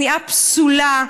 כניעה פסולה,